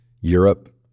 Europe